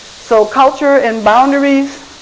so culture and boundaries